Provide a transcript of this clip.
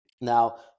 Now